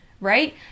right